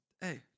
Hey